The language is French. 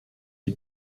qui